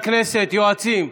יועצים.